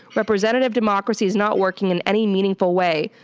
representative democracy is not working in any meaningful way.